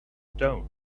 stone